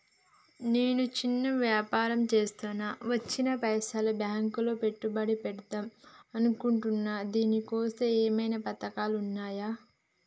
నేను చిన్న వ్యాపారం చేస్తా వచ్చిన పైసల్ని బ్యాంకులో పెట్టుబడి పెడదాం అనుకుంటున్నా దీనికోసం ఏమేం పథకాలు ఉన్నాయ్?